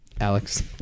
Alex